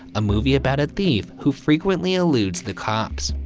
a movie about a thief who frequently alludes the cops.